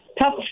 tough